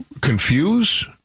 confuse